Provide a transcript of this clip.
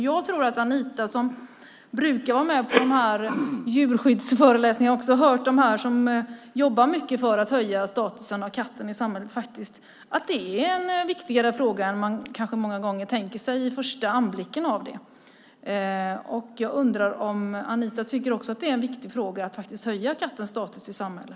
Jag tror att Anita, som brukar vara med på djurskyddsföreläsningar, också har hört dem som jobbar mycket för att höja kattens status i samhället säga att det är en viktigare fråga än man kanske tänker sig vid första anblicken av förslaget. Jag undrar om Anita också tycker att det är en viktig fråga att höja kattens status i samhället.